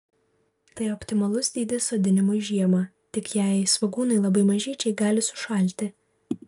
tai optimalus dydis sodinimui žiemą tik jei svogūnai labai mažyčiai gali sušalti